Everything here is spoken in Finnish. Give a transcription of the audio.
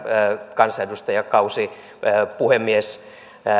kansanedustajakausi myös